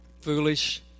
foolish